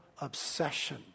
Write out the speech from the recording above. obsession